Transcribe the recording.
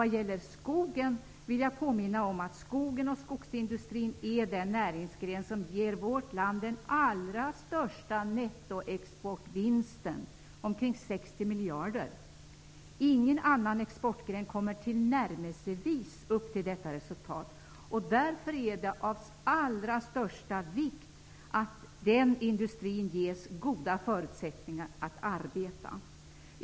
Vad gäller skogen vill jag påminna om att skogen och skogsindustrin är den näringsgren som ger vårt land den allra största nettoexportvinsten -- omkring 60 miljarder. Ingen annan exportgren kommer tillnärmelsevis upp till detta resultat. Därför är det av allra största vikt att den industrin ges goda möjligheter att arbeta.